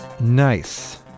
Nice